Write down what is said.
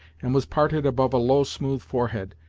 and was parted above a low smooth forehead,